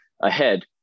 ahead